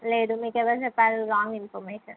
లేదు మీకు ఎవరు చెప్పారు రాంగ్ ఇన్ఫర్మేషన్